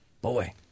Boy